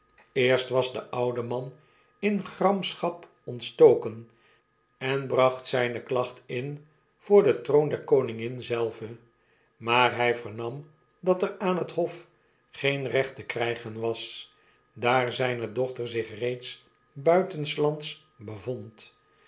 eerst was de oude man in gramschap ontstoken en bracht zyne klacht in voor den troon der koningin zelve maar hjj vernam dat er aan het hof geen recht te krijgen was daar zijne dochter zich reeds buitenslnds bevond